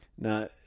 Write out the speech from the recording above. Now